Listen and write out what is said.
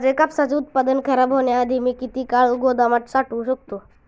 माझे कापसाचे उत्पादन खराब होण्याआधी मी किती काळ गोदामात साठवू शकतो?